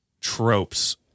tropes